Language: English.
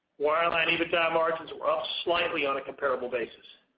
wireline ebitda margins were up slightly on a comparable basis.